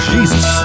Jesus